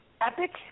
epic